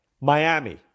Miami